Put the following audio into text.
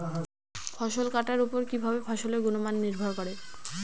ফসল কাটার উপর কিভাবে ফসলের গুণমান নির্ভর করে?